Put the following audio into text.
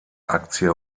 aktie